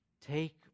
Take